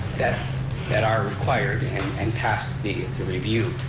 that that are required and and pass the review